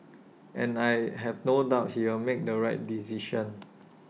and I have no doubt he'll make the right decision